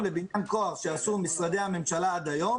לבניין כוח שעשו משרדי הממשלה עד היום